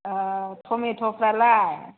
औ टमेट'फ्रालाय